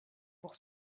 pour